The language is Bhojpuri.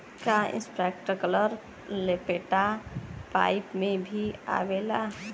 का इस्प्रिंकलर लपेटा पाइप में भी आवेला?